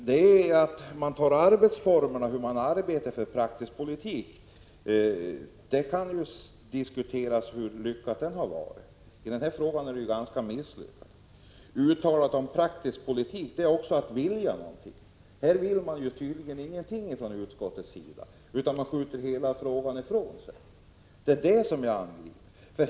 Fru talman! Gustav Persson diskuterar hur man arbetar i praktisk politik. Det kan ju diskuteras hur lyckad den arbetsformen har varit. I den här frågan är den ganska misslyckad. Praktisk politik är också att vilja någonting. Här vill tydligen utskottet ingenting utan skjuter hela frågan ifrån sig. Det är det jag angriper.